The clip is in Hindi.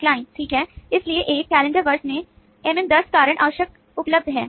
क्लाइंट ठीक है इसलिए एक कैलेंडर वर्ष में एमएम 10 कारण अवकाश उपलब्ध हैं